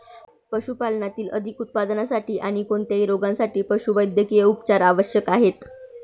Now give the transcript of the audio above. पशुपालनातील अधिक उत्पादनासाठी आणी कोणत्याही रोगांसाठी पशुवैद्यकीय उपचार आवश्यक आहेत